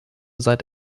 seit